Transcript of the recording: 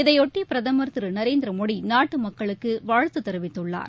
இதையொட்டி பிரதமர் திரு நரேந்திரமோடி நாட்டு மக்களுக்கு வாழ்த்து தெரிவித்துள்ளார்